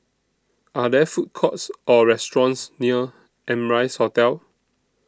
Are There Food Courts Or restaurants near Amrise Hotel